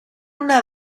una